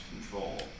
control